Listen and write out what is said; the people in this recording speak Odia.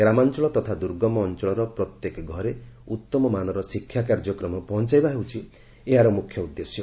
ଗ୍ରାମାଞ୍ଚଳ ତଥା ଦୁର୍ଗମ ଅଞ୍ଚଳର ପ୍ରତ୍ୟେକ ଘରେ ଉତ୍ତମମାନର ଶିକ୍ଷା କାର୍ଯ୍ୟକ୍ରମ ପହଞ୍ଚାଇବା ହେଉଛି ଏହାର ମୁଖ୍ୟ ଉଦ୍ଦେଶ୍ୟ